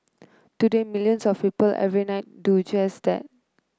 today millions of people every night do just that